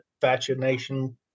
fascination